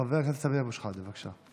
חבר הכנסת סמי אבו שחאדה, בבקשה.